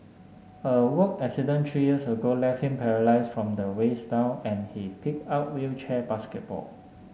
a work accident three years ago left him paralysed from the waist down and he picked up wheelchair basketball